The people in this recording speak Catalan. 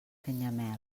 canyamel